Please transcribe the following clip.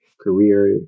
career